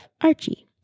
Archie